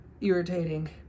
irritating